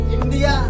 India